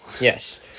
Yes